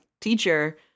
teacher